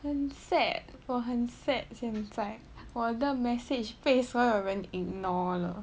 很 sad 我很 sad 现在我的 message 被所有人 ignore liao